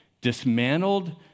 dismantled